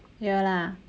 here lah